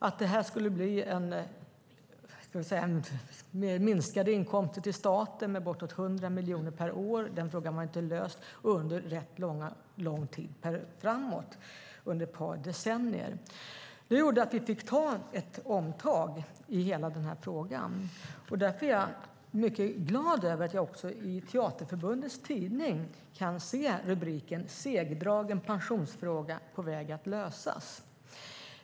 Problemet med att det skulle bli minskade inkomster till staten med bortåt 100 miljoner per år var inte löst under ett par decennier. Det gjorde att vi fick ta ett omtag i hela den här frågan. Därför är jag mycket glad över att jag i Teaterförbundets tidning kunde se rubriken Segdragen pensionsfråga på väg att lösas.